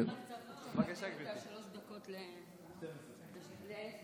צריך להגדיל את השלוש דקות -- ל-12 דקות.